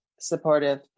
supportive